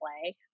play